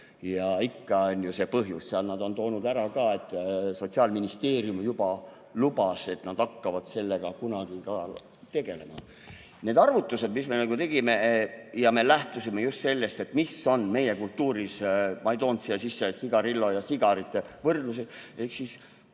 ikka on see põhjus seal. Nad on toonud ka ära, et Sotsiaalministeerium juba lubas, et nad hakkavad sellega kunagi tegelema. Need arvutused, mis me tegime, me lähtusime just sellest, mis on meie kultuuris. Ma ei toonud siia sisse sigarillo ja sigarite võrdlusi, ehk need